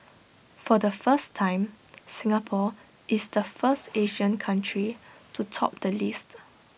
for the first time Singapore is the first Asian country to top the list